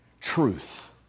truth